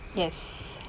yes